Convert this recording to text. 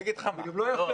זה גם לא יפה.